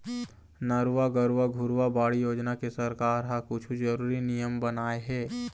नरूवा, गरूवा, घुरूवा, बाड़ी योजना के सरकार ह कुछु जरुरी नियम बनाए हे